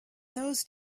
those